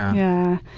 yeah.